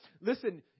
listen